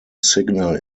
signal